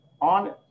on